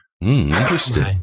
Interesting